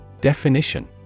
Definition